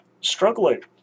struggling